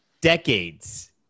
decades